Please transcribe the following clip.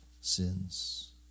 sins